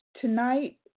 Tonight